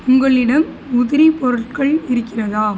உங்களிடம் உதிரி பொருட்கள் இருக்கிறதா